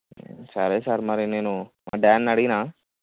సరే సార్ మరి నేను మా డాడ్ని అడిగిన